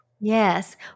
Yes